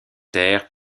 terres